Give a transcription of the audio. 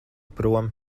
prom